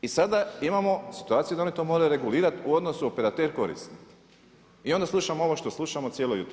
I sada imamo situaciju da oni to moraju regulirati u odnosu operater korisnik i onda slušamo ovo što slušamo cijelo jutro.